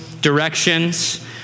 directions